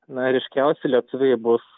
na ryškiausi lietuviai bus